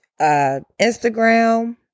Instagram